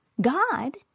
God